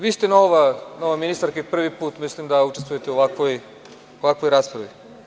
Vi ste nova ministarka i mislim da prvi put učestvujete u ovakvoj raspravi.